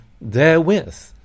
therewith